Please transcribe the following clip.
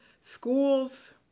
schools